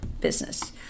business